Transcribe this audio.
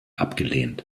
abgelehnt